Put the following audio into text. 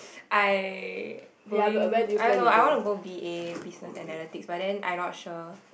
I going I don't know I wanna go b_a business analytics but then I not sure